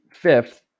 fifth